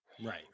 Right